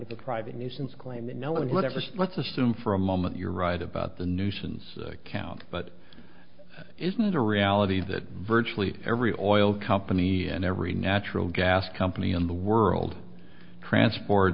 of a private nuisance claim that no one ever said let's assume for a moment you're right about the nuisance count but isn't it a reality that virtually every oil company and every natural gas company in the world transport